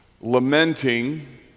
Lamenting